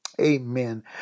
amen